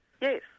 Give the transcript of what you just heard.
yes